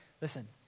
Listen